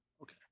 Okay